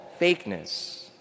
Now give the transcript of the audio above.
fakeness